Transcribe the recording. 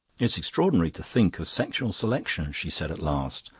it's extraordinary to think of sexual selection, she said at last,